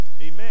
Amen